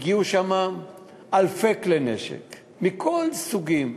הגיעו לשם אלפי כלי נשק מכל הסוגים,